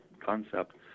concept